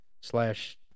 slash